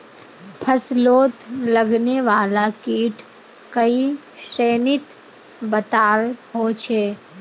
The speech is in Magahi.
फस्लोत लगने वाला कीट कई श्रेनित बताल होछे